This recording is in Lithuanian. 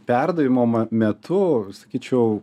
perdavimo metu sakyčiau